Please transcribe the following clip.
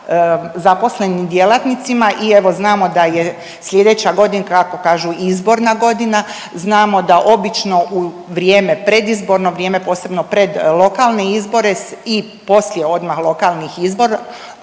zaposlenim djelatnicima i evo znamo da je sljedeća godina kako kažu izborna godina znamo da obično u vrijeme predizborno, vrijeme posebno pred lokalne izbore i poslije odmah lokalnih izbora